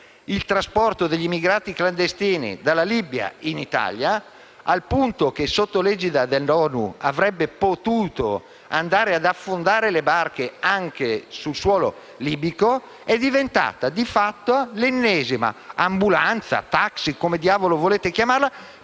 il trasporto degli emigrati clandestini dalla Libia in Italia, al punto che, sotto l'egida dell'ONU, si sarebbe potuti andare ad affondare le barche anche sul suolo libico, ed è diventata, di fatto, l'ennesima ambulanza, taxi o come diavolo volete chiamarla,